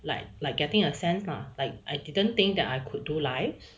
like like getting a sense lah like I didn't think that I could do live